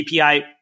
API